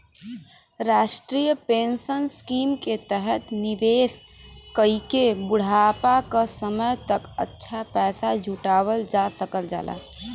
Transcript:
राष्ट्रीय pension scheme के तहत निवेश कइके बुढ़ापा क समय तक अच्छा पैसा जुटावल जा सकल जाला